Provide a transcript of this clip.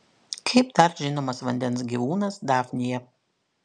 kaip dar žinomas vandens gyvūnas dafnija